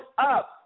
up